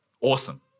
awesome